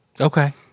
Okay